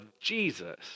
Jesus